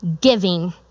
giving